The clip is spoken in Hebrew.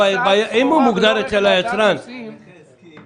הנכה הסכים.